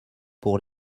pour